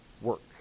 work